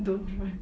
don't want